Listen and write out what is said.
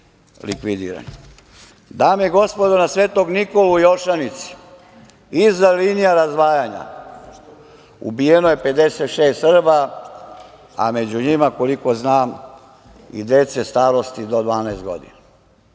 i gospodo, na Svetog Nikolu u Jošanici, iza linija razdvajanja, ubijeno je 56 Srba, a među njima koliko znam i dece starosti do 12 godina,